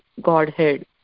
Godhead